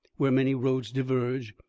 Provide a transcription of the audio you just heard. where many roads diverge,